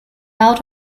out